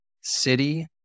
city